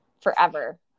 forever